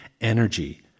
energy